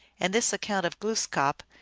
and this account of glooskap,